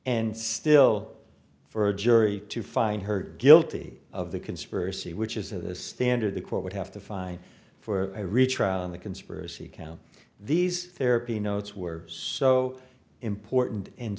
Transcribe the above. and still for a jury to find her guilty of the conspiracy which is of the standard the court would have to find for a retrial on the conspiracy count these therapy notes were so important and